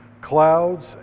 Clouds